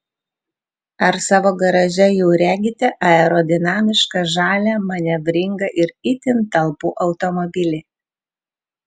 ar savo garaže jau regite aerodinamišką žalią manevringą ir itin talpų automobilį